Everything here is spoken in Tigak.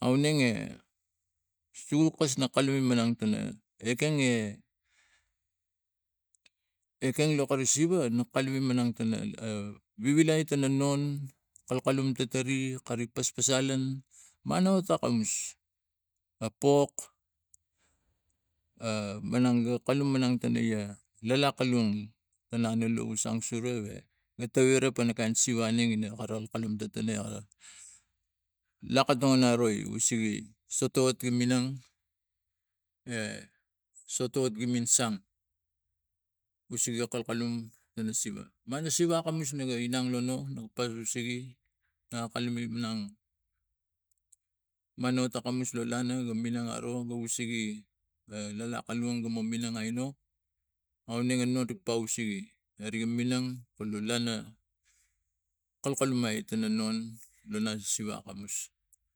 aunenge sukas na kalume minang tana ekeng ekeng lo kari siva nok kalume minang tara vivilai tana non kalkalum tatari kari paspasalan mano takamus a pok kalum manag tari laklak kanung tanang la lavu sang sure ga rawaira pana kain sivareng ina akorol kalume akara lakatong aro sotot gi min sang usege akalkalume in siva man a man a siva akamus ga inang lolu no ga pan nusege no kalume inang manu takamus lo lana lo minang aro go usege e laklak galung ganu minang ainu auna ga no gi pausege arga minang kulu lana kalkalmi te tana non lo lana siva akamus.